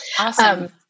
Awesome